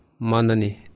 manani